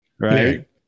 Right